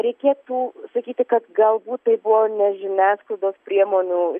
reikėtų sakyti kad galbūt tai buvo na žiniasklaidos priemonių